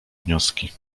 wnioski